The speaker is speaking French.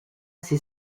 ses